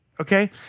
Okay